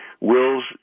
Wills